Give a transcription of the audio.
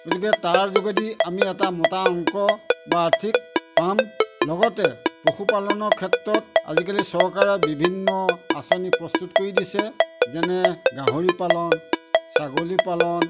গতিকে তাৰ যোগেদি আমি এটা মোটা অংক বা আৰ্থিক পাম লগতে পশুপালনৰ ক্ষেত্ৰত আজিকালি চৰকাৰে বিভিন্ন আঁচনি প্ৰস্তুত কৰি দিছে যেনে গাহৰি পালন ছাগলী পালন